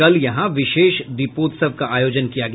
कल यहां विशेष दीपोत्सव का आयोजन किया गया